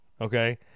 Okay